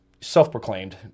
self-proclaimed